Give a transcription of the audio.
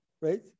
right